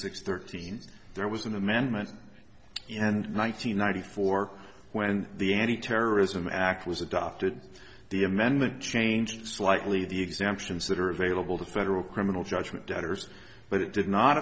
six thirteen there was an amendment and nine hundred ninety four when the antiterrorism act was adopted the amendment changed slightly the exemptions that are available to federal criminal judgment debtors but it did not